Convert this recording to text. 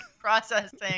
processing